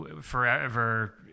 forever